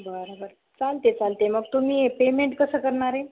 बरं बरं चालते चालते मग तुम्ही पेमेंट कसं करणार आहे